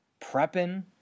prepping